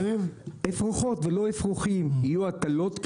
ולא אפרוחים, יהיו הטלות כאלה.